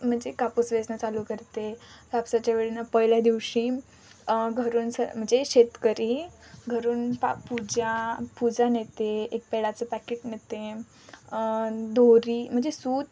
म्हणजे कापूस वेचणं चालू करते कापसाच्या वेळेला पहिल्या दिवशी घरून स म्हणजे शेतकरी घरून पा पूजा पूजा नेते एक पेड्याचं पॅकेट नेते दोरी म्हणजे सूत